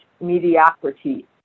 mediocrity